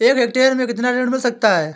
एक हेक्टेयर में कितना ऋण मिल सकता है?